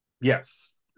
Yes